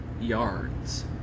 Yards